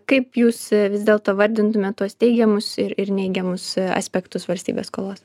kaip jūs vis dėlto vardintumėt tuos teigiamus ir ir neigiamus aspektus valstybės skolos